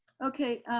okay,